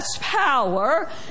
power